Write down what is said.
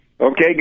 Okay